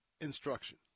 instruction